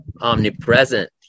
omnipresent